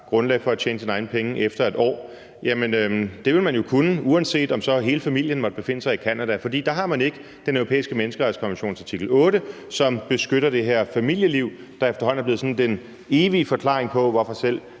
grundlag for at tjene sine egne penge, efter 1 år, vil jeg sige, at det ville man jo kunne, uanset om så hele familien måtte befinde sig i Canada. For der har man ikke den europæiske menneskerettighedskonventions artikel 8, som beskytter det her familieliv, der efterhånden er blevet den evige forklaring på, hvorfor selv